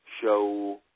show